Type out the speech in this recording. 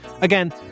Again